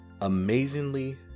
amazingly